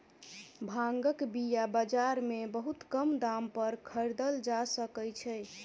भांगक बीया बाजार में बहुत कम दाम पर खरीदल जा सकै छै